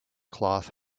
cloth